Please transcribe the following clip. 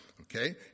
Okay